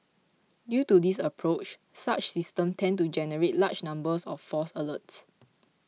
due to this approach such systems tend to generate large numbers of false alerts